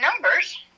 numbers